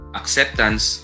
acceptance